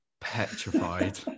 petrified